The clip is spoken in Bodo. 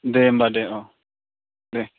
दे होमब्ला दे अ दे